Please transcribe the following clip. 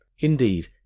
Indeed